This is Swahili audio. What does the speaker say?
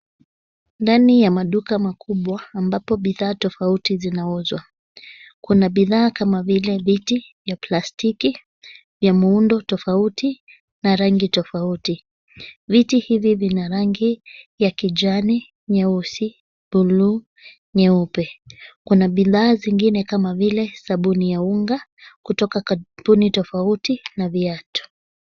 Ndani ya maduka makubwa ambapo bidhaa tofauti zinauzwa. Kuna bidhaa kama vile viti vya plastiki vya muundo tofauti na rangi tofauti. Viti hivi vina rangi ya kijani, nyeusi, bluu, nyeupe. Kuna bidhaa zingine kama vile sabuni ya unga, kutoka kampuni tofauti na viatu.